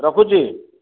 ରଖୁଛି